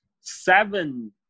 seven